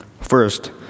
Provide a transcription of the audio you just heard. First